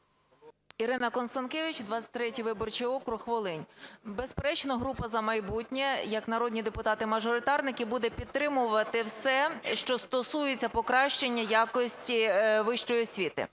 Ірина Констанкевич, 23 виборчий округ, Волинь. Безперечно, група "За майбутнє" як народні депутати-мажоритарники буде підтримувати все, що стосується покращення якості вищої освіти.